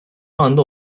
anda